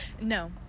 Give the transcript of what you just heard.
No